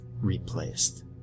replaced